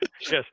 Yes